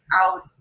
out